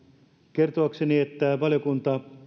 kertoakseni että valiokunta